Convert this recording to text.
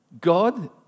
God